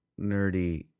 nerdy